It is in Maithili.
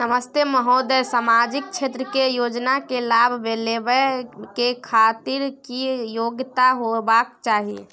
नमस्ते महोदय, सामाजिक क्षेत्र के योजना के लाभ लेबै के खातिर की योग्यता होबाक चाही?